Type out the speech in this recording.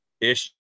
issue